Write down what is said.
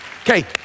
Okay